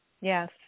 Yes